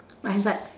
right hand side